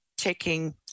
taking